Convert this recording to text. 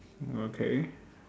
okay